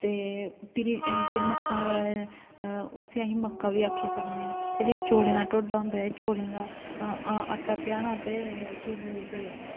ते भिरी जे मक्कां दा ते उसी अस मक्कां बी आक्खी सकने जे एह् चौलें दा ढोड्डा होंदा चौलें दा आटा पिहाना ते केह् बोलदे